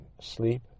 sleep